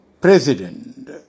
president